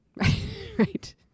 right